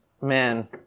man